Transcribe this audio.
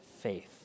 faith